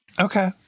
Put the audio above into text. Okay